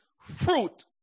fruit